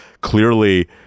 clearly